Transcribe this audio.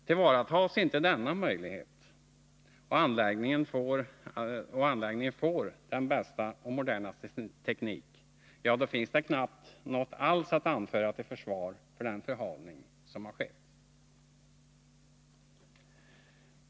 Tillvaratas inte denna möjlighet och får inte anläggningen den bästa och modernaste teknik, ja då finns det knappast något alls att anföra till försvar för den förhalning som skett.